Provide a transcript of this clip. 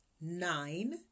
Nine